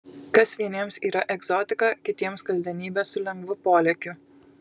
kas vieniems yra egzotika kitiems kasdienybė su lengvu polėkiu